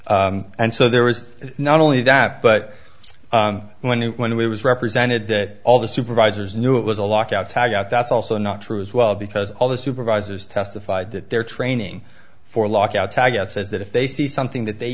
more and so there was not only that but when when it was represented that all the supervisors knew it was a lock out tag out that's also not true as well because all the supervisors testified that their training for lock out tag that says that if they see something that they